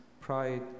pride